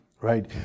Right